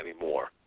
anymore